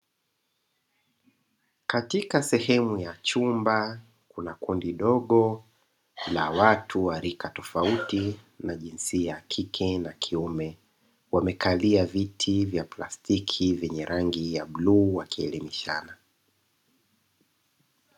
Katika sehemu ya chumba, kuna kundi dogo la watu wa rika tofauti na jinsia ya kike na kiume, wamekalia viti vya plastiki vyenye rangi ya bluu; wakielimishana.